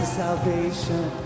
salvation